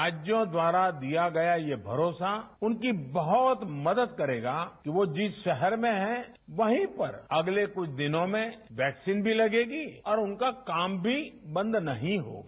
राज्यों द्वारा दिया गया ये भरोसा उनकी बहुत मदद करेगा कि वो जिस शहर में है अगले कुछ दिनों में वैक्सीन भी लगेगी और उनका काम भी बंद नहीं होगा